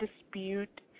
dispute